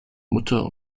mutter